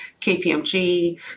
KPMG